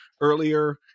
earlier